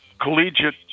collegiate